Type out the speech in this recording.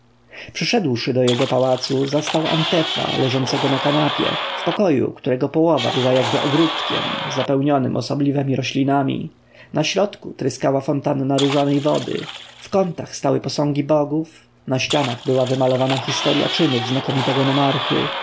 przyszedłszy do jego pałacu zastał antefa leżącego na kanapie w pokoju którego połowa była jakby ogródkiem zapełnionym osobliwemi roślinami na środku tryskała fontanna różanej wody w kątach stały posągi bogów na ścianach była wymalowana historja czynów znakomitego nomarchy